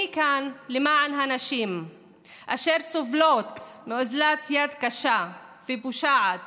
אני כאן למען הנשים אשר סובלות מאוזלת יד קשה ופושעת